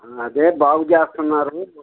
అదే బాగు చేస్తున్నారు